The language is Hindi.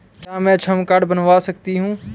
क्या मैं श्रम कार्ड बनवा सकती हूँ?